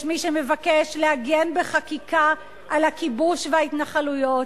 יש מי שמבקש להגן בחקיקה על הכיבוש וההתנחלויות.